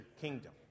kingdom